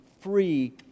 free